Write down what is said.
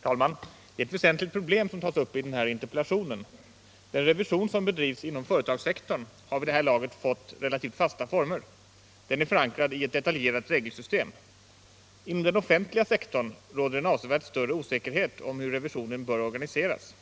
Herr talman! Det är ett väsentligt problem som tas upp i interpellationen. Den revision som bedrivs inom företagssektorn har vid det här laget fått relativt fasta former. Den är förankrad i ett detaljerat regelsystem. Inom den offentliga sektorn råder en avsevärt större osäkerhet om hur revisionen bör organiseras.